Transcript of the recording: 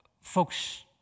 Folks